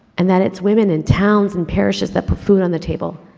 and that it's woman in towns and perishes that put food on the table,